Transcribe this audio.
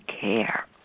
care